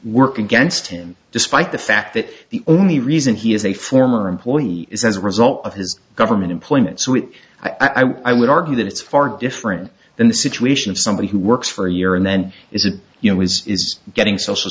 work against him despite the fact that the only reason he is a former employee is as a result of his government employment so it i would argue that it's far different than the situation of somebody who works for a year and then is it you know was getting social